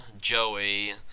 Joey